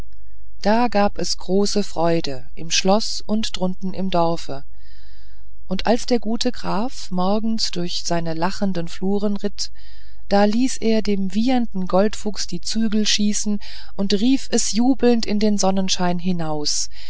das gab große freude im schloß und drunten im dorfe und als der gute graf morgens durch seine lachenden fluren ritt da ließ er dem wiehernden goldfuchs die zügel schießen und rief es jubelnd in den sonnenschein hinaus